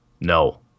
no